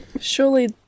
Surely